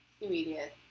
Immediate